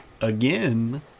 Again